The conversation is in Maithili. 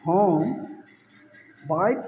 हम बाइक